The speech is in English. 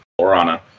Orana